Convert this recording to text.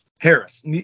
Harris